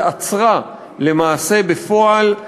ועצרה למעשה בפועל,